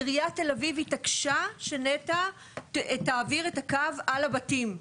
עיריית תל אביב התעקשה שנת"ע תעביר את הקו על הבתים.